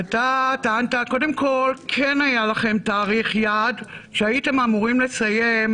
קודם כל כן היה לכם תאריך יעד שהייתם אמורים לסיים,